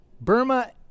Burma